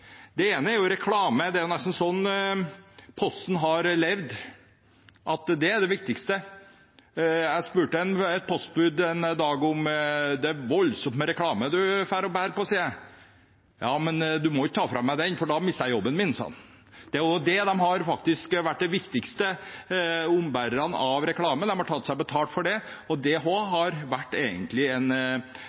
ene er reklame – det er nesten sånn at Posten har levd av at det er det viktigste. Jeg sa til et postbud en dag at det er voldsomt til reklame du går og bærer på. Ja, men du må ikke ta fra meg det, for da mister jeg jobben min, sa han. De har faktisk vært de viktigste ombærerne av reklame, de har tatt seg betalt for det, og det er en tjeneste som Posten ofte har